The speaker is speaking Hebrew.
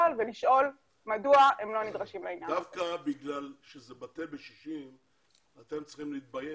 למה דווקא על החיילים,